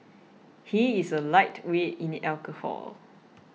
he is a lightweight in alcohol